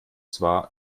zwar